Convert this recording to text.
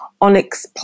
onyx